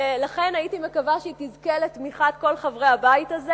ואני מקווה שהיא תזכה לתמיכת כל חברי הבית הזה